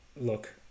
look